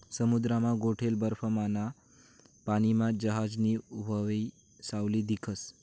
समुद्रमा गोठेल बर्फमाना पानीमा जहाजनी व्हावयी सावली दिखस